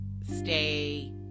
stay